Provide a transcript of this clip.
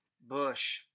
Bush